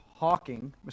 Hawking